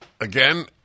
again